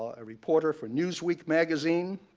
a reporter for newsweek magazine,